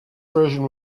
version